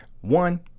One